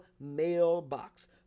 mailbox